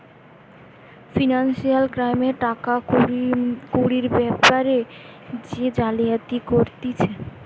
financial ক্রাইমে টাকা কুড়ির বেপারে যে জালিয়াতি করতিছে